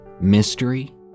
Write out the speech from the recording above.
Mystery